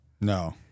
No